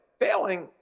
Failing